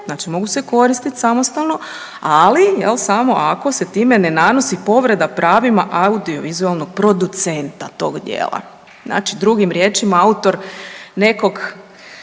Znači mogu se koristiti samostalno, ali samo ako se time ne nanosi povreda pravima audiovizualnog producenta tog dijela. Znači drugim riječima autor nekog